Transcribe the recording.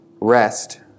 rest